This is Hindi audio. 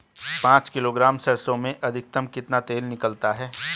पाँच किलोग्राम सरसों में अधिकतम कितना तेल निकलता है?